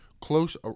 close